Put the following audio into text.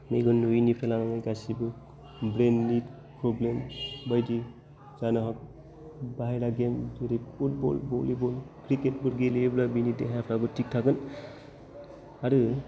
मेगन नुयिनिफ्राय लानानै गासिबो ब्रेइन नि प्रब्लेम बायदि जानो हागौ बाहेरा गेम जुदि फुटबल भलिबल क्रिकेट फोर गेलेयोब्ला बिनि देहाफ्राबो थिग थागोन आरो